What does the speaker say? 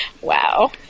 Wow